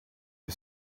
you